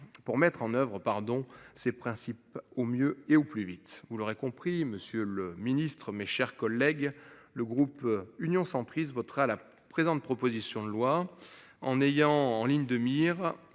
Pour mettre en oeuvre. Oh pardon. Ces principes au mieux et au plus vite. Vous l'aurez compris. Monsieur le Ministre, mes chers collègues. Le groupe Union centriste votera la présente, proposition de loi en ayant en ligne de mire,